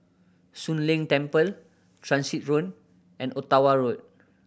Soon Leng Temple Transit Road and Ottawa Road